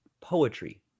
Poetry